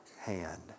hand